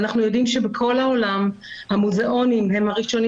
ואנחנו יודעים שבכל העולם המוזיאונים הם הראשונים